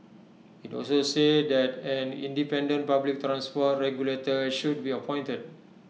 IT also said that an independent public transport regulator should be appointed